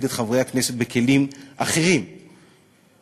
את חברי הכנסת בכלים אחרים אפקטיביים.